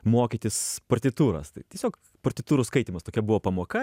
mokytis partitūros tai tiesiog partitūrų skaitymas tokia buvo pamoka